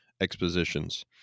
Expositions